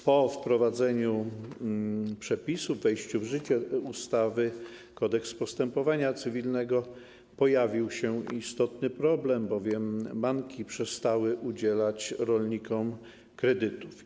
Po wprowadzeniu przepisów, wejściu w życie ustawy - Kodeks postępowania cywilnego pojawił się istotny problem, bowiem banki przestały udzielać rolnikom kredytów.